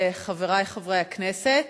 חברי חברי הכנסת,